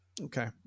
Okay